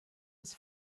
was